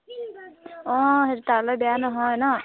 অঁ সেইটো তালৈ বেয়া নহয় নহ্